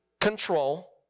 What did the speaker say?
control